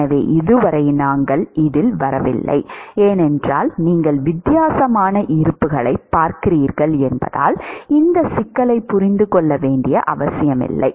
எனவே இதுவரை நாங்கள் இதில் வரவில்லை ஏனென்றால் நீங்கள் வித்தியாசமான இருப்புகளைப் பார்க்கிறீர்கள் என்பதால் இந்த சிக்கலைப் புரிந்து கொள்ள வேண்டிய அவசியமில்லை